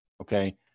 okay